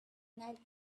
alchemist